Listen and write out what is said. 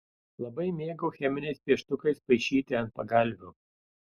labai mėgau cheminiais pieštukais paišyti ant pagalvių